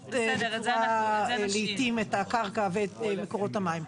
שמזהמות לעיתים את הקרקע ומקורות המים.